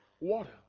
water